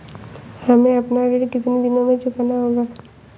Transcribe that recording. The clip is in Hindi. हमें अपना ऋण कितनी दिनों में चुकाना होगा?